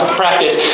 practice